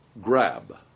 grab